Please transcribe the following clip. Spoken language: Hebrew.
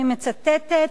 אני מצטטת,